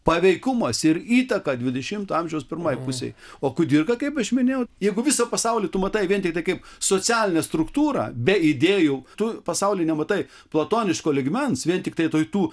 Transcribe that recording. paveikumas ir įtaką dvidešimto amžiaus pirmoj pusėj o kudirka kaip aš minėjau jeigu visą pasaulį tu matai vien tiktai kaip socialinę struktūrą be idėjų tu pasauly nematai platoniško lygmens vien tiktai tai tų